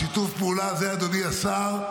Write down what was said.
שיתוף הפעולה הזה, אדוני השר,